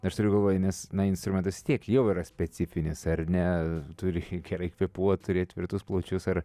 aš turiu galvoj nes na instrumentas vis tiek jau yra specifinės ar ne turi gerai kvėpuot turėt tvirtus plačius ar